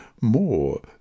more